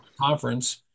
conference